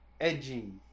edgy